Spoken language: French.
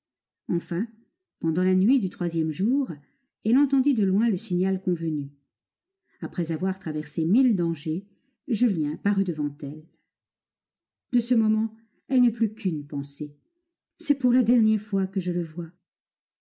enfin pendant la nuit du troisième jour elle entendit de loin le signal convenu après avoir traversé mille dangers julien parut devant elle de ce moment elle n'eut plus qu'une pensée c'est pour la dernière fois que je le vois